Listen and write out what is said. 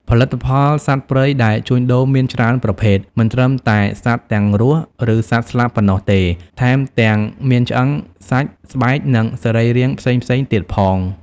ផលិតផលសត្វព្រៃដែលជួញដូរមានច្រើនប្រភេទ មិនត្រឹមតែសត្វទាំងរស់ ឬសត្វស្លាប់ប៉ុណ្ណោះទេ ថែមទាំងមានឆ្អឹង សាច់ ស្បែក និងសរីរាង្គផ្សេងៗទៀតផង។